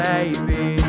Baby